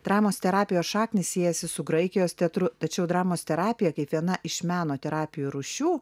dramos terapijos šaknys siejasi su graikijos teatru tačiau dramos terapija kaip viena iš meno terapijų rūšių